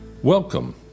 Welcome